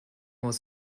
was